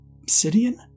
Obsidian